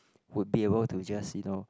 would be able to just you know